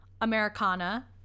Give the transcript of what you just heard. americana